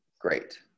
great